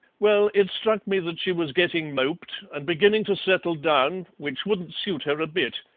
well, it struck me that she was getting moped, and beginning to settle down, which wouldn't suit her a bit.